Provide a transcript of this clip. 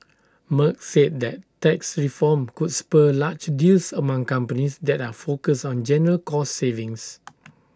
Merck said that tax reform could spur large deals among companies that are focused on general cost savings